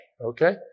okay